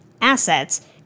assets